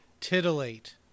titillate